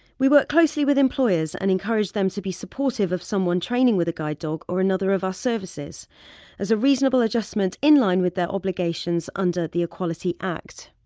we work closely with employers and encourage them to be supportive of someone training with a guide dog or another of our services as a reasonable adjustment in line with their obligations under the equality act.